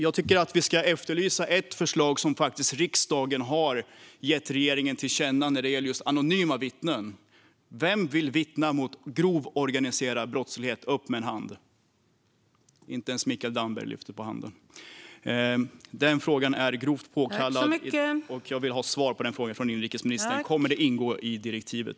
Jag tycker att vi ska efterlysa ett förslag som riksdagen faktiskt har gett regeringen till känna när det gäller just anonyma vittnen. Vem vill vittna mot grov organiserad brottslighet? Upp med en hand! Inte ens Mikael Damberg lyfter på handen. Den frågan är grovt påkallad, och jag vill ha svar på denna fråga från inrikesministern. Kommer detta att ingå i direktivet?